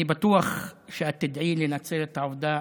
אני בטוח שאת תדעי לנצל את העובדה